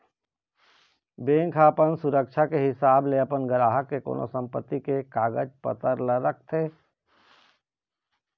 bank ह अपन सुरक्छा के हिसाब ले अपन गराहक के कोनो संपत्ति के कागज पतर ल रखथे